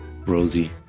rosie